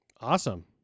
Awesome